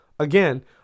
Again